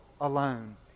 alone